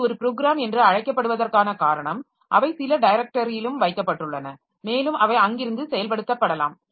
இது ஒரு ப்ரோக்ராம் என்று அழைக்கப்படுவதற்கான காரணம் அவை சில டைரக்டரியிலும் வைக்கப்பட்டுள்ளன மேலும் அவை அங்கிருந்து செயல்படுத்தப்படலாம்